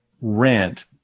rent